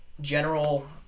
General